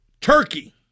Turkey